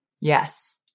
Yes